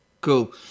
Cool